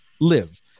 live